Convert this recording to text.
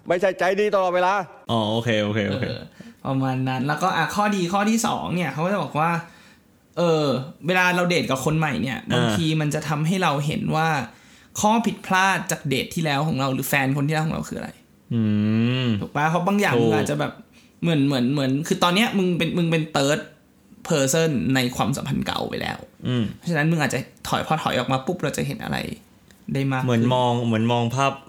ไม่ใช่ใจดีตลอดเวลาอ๋อ โอเค โอเค โอเคเออ ประมาณนั้น แล้วก็ อ่ะ ข้อดีข้อที่สองเนี่ย เขาก็จะบอกว่า เออ เวลาเราเดทกับคนใหม่เนี่ยบางอ่าทีมันจะทำให้เราเห็นว่าข้อผิดพลาดจากเดทที่แล้วของเราหรือแฟนคนที่แล้วของเราคืออะไรอืมถูกปะ? เพราะบางอย่างมันถูกอาจจะแบบ เหมือน เหมือน เหมือน คือตอนเนี้ยมึงเป็น- มึงเป็น third person ในความสัมพันธ์เก่าไปแล้วอืมเพราะฉะนั้นมึงอาจจะถอย พอถอยออกมาปุ๊บเราจะเห็นอะไรได้มากเหมือนมอง- เหมือนมองภาพ